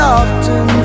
often